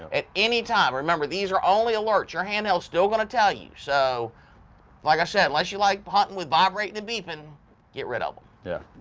at any time remember these are only alerts, your handheld is still gonna tell you so like i said, unless you like hunting with vibrating and beeping get rid of them. yeah